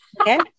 Okay